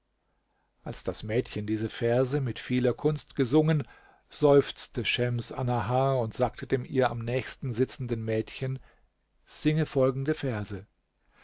als das mädchen diese verse mit vieler kunst gesungen seufzte schems annahar und sagte dem ihr am nächsten sitzenden mädchen singe folgende verse